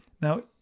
Now